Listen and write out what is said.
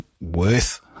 worth